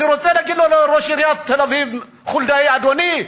אני רוצה להגיד לראש עיריית תל-אביב חולדאי: אדוני,